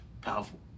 Powerful